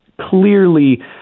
clearly